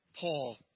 Paul